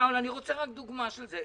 שאול, אני רוצה רק דוגמה של זה.